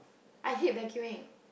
I hate vacuuming